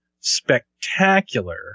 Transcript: spectacular